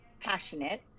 passionate